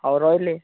ହଉ ରହିଲି